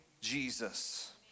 Jesus